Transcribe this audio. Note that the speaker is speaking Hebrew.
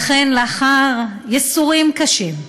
ואכן, לאחר ייסורים קשים,